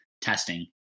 testing